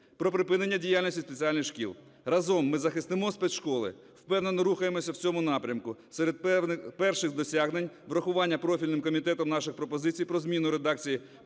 про припинення діяльності спеціальних шкіл. Разом ми захистимо спецшколи. Впевнено рухаємося в цьому напрямку. Серед перших досягнень – врахування профільним комітетом наших пропозицій про зміну редакції